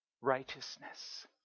righteousness